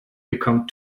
became